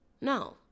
No